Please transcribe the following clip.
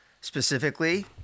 Specifically